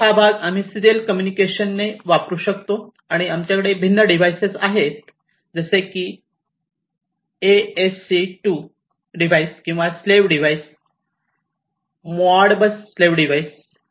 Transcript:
परंतु हा भाग आम्ही सिरीयल कम्युनिकेशन वापरू शकतो आणि आमच्याकडे ही भिन्न डिव्हाइसेस आहेत जसे की एएससी II डिव्हाइस किंवा slave devices Modbus slave devices